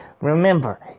remember